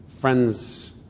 Friends